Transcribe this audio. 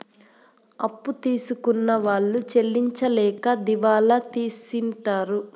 అప్పు తీసుకున్న వాళ్ళు చెల్లించలేక దివాళా తీసింటారు